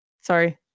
sorry